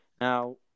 Now